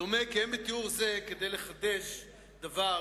דומה כי אין בתיאור זה כדי לחדש דבר,